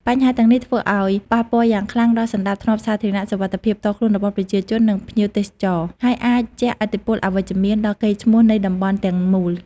បញ្ហាទាំងនេះធ្វើឲ្យ ប៉ះពាល់យ៉ាងខ្លាំងដល់សណ្តាប់ធ្នាប់សាធារណៈ សុវត្ថិភាពផ្ទាល់ខ្លួនរបស់ប្រជាជន និងភ្ញៀវទេសចរ ហើយអាចជះឥទ្ធិពលអវិជ្ជមានដល់កេរ្តិ៍ឈ្មោះនៃតំបន់ទាំងមូល។